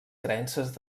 creences